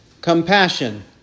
compassion